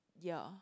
ya